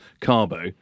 Carbo